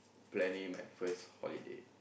planning my first holiday